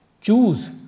Choose